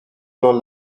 dans